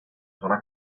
zona